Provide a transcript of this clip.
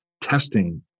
testing